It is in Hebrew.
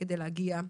כדי להגיע.